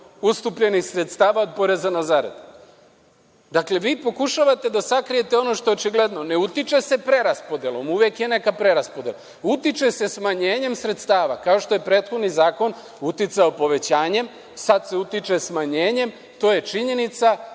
ustupljenih sredstava od poreza na zaradu“. Dakle, vi pokušavate da sakrijete ono što je očigledno. Ne utiče se preraspodelom. Uvek je neka preraspodela. Utiče se smanjenjem sredstava, kao što je prethodni zakon uticao povećanjem, sada se utiče smanjenjem. Činjenica